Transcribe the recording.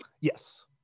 Yes